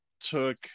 took